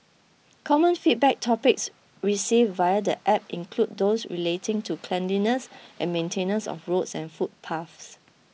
common feedback topics received via the app include those relating to cleanliness and maintenance of roads and footpaths